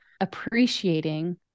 appreciating